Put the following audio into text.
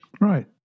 Right